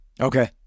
Okay